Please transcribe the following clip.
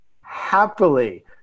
happily